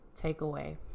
takeaway